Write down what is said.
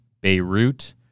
Beirut